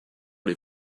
les